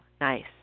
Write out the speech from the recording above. Nice